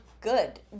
good